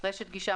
"רשת גישה